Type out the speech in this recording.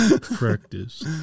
Practice